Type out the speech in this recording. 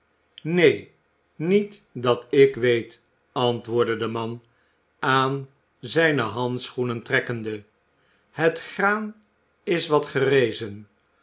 neen niet dat ik weet antwoordde de man aan zijne handschoenen trekkende het graan is wat gerezen